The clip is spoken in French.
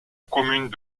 commune